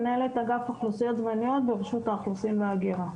מנהלת אגף אוכלוסיות זמניות ברשות האוכלוסין וההגירה.